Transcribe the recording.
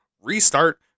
restart